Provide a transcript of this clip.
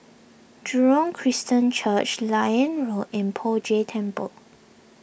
Jurong Christian Church Liane Road and Poh Jay Temple